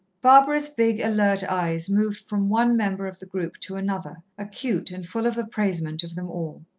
barbara's big, alert eyes moved from one member of the group to another, acute and full of appraisement of them all.